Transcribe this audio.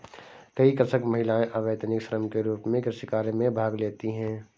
कई कृषक महिलाएं अवैतनिक श्रम के रूप में कृषि कार्य में भाग लेती हैं